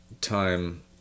time